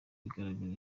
bigaragaza